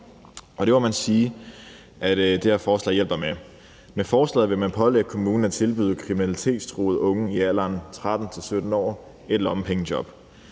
det må man sige at det her forslag hjælper med. Med forslaget vil man pålægge kommunen at tilbyde kriminalitetstruede unge i alderen 13-17 år et lommepengejob.